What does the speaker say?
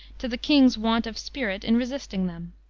to the king's want of spirit in resisting them.